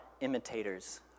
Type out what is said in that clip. imitators